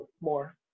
more